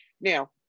Now